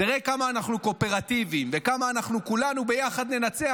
תראה כמה אנחנו קואופרטיביים וכמה אנחנו כולנו ביחד ננצח,